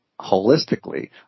holistically